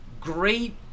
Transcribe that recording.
great